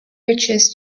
riches